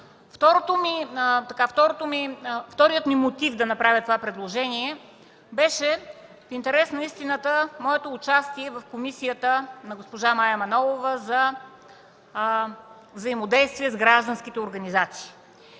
Вторият ми мотив да направя това предложение беше, в интерес на истината, моето участие в комисията на госпожа Мая Манолова – за взаимодействие с гражданските организации.